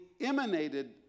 emanated